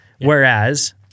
Whereas